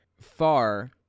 far